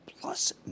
Plus